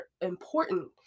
important